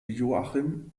joachim